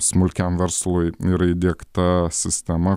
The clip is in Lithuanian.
smulkiam verslui yra įdiegta sistema